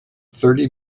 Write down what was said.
thirty